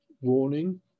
warning